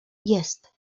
jest